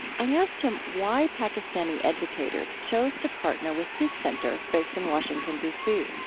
i asked him why pakistani educators chose to partner with his center based in washington, d c